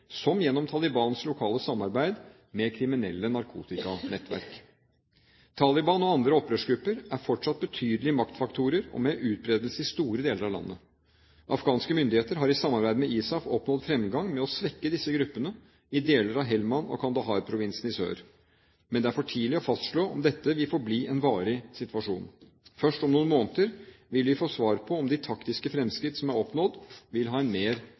som gjennom Talibans lokale samarbeid med kriminelle narkotikanettverk. Taliban og andre opprørsgrupper er fortsatt betydelige maktfaktorer og med utbredelse i store deler av landet. Afghanske myndigheter har i samarbeid med ISAF oppnådd fremgang med å svekke disse gruppene i deler av Helmand- og Kandahar-provinsene i sør. Men det er for tidlig å fastslå om dette vil forbli en varig situasjon. Først om noen måneder vil vi få svar på om de taktiske fremskritt som er oppnådd, vil ha en mer